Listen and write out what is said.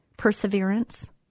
perseverance